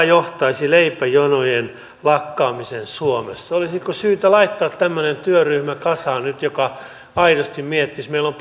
johtaisivat leipäjonojen lakkaamiseen suomessa olisiko syytä laittaa nyt tämmöinen työryhmä kasaan joka aidosti miettisi tätä meillä on